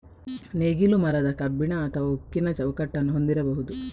ನೇಗಿಲು ಮರದ, ಕಬ್ಬಿಣ ಅಥವಾ ಉಕ್ಕಿನ ಚೌಕಟ್ಟನ್ನು ಹೊಂದಿರಬಹುದು